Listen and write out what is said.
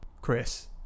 chris